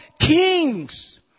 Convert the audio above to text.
kings